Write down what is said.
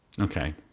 Okay